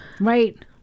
Right